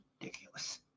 ridiculous